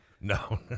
No